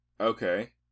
Okay